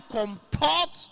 comport